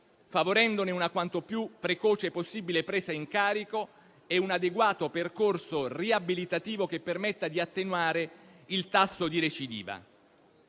favorendone una quanto più precoce possibile presa in carico e un adeguato percorso riabilitativo che permetta di attenuare il tasso di recidiva.